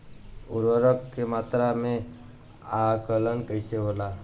उर्वरक के मात्रा में आकलन कईसे होला?